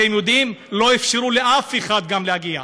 אתם יודעים, לא אפשרו לאף אחד להגיע.